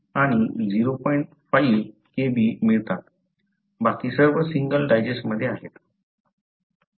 5 Kb मिळतात बाकी सर्व सिंगल डायजेस्टमध्ये आहेत